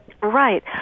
Right